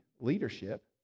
leadership